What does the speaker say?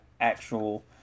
actual